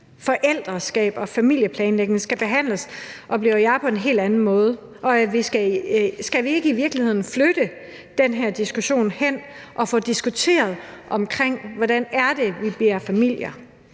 forældreskab og familieplanlægning skal behandles, oplever jeg, på en helt anden måde, og skal vi ikke i virkeligheden flytte den her diskussion hen og få diskuteret, hvordan det er, vi bliver familier?